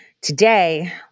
today